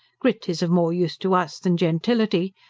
grit is of more use to us than gentility.